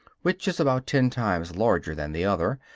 which is about ten times larger than the other,